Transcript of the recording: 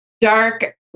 dark